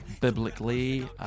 biblically